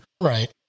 Right